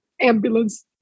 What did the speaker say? ambulance